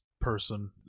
person